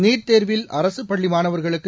NEET தேர்வில் அரசு பள்ளி மாணவர்களுக்கு